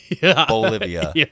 Bolivia